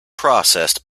processed